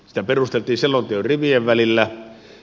sitä perusteltiin selonteon rivien välissä